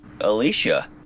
Alicia